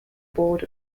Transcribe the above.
board